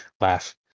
laugh